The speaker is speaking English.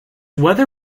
whether